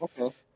Okay